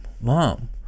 mom